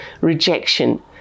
rejection